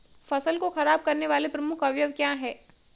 फसल को खराब करने वाले प्रमुख अवयव क्या है?